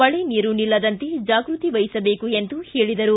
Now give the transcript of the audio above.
ಮಳೆ ನೀರು ನಿಲ್ಲದಂತೆ ಜಾಗೃತಿ ವಹಿಸಬೇಕು ಎಂದು ಹೇಳಿದರು